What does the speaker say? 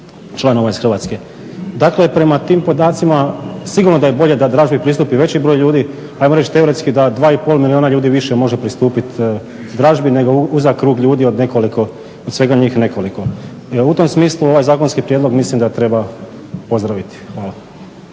članova iz Hrvatske. Dakle, prema tim podacima sigurno da je bolje da dražbi pristupi veći broj ljudi, ajmo reći teoretski da 2,5 milijuna ljudi više može pristupiti dražbi, nego uzak krug ljudi od nekoliko, od svega njih nekoliko. U tom smislu ovaj zakonski prijedlog mislim da treba pozdraviti. Hvala.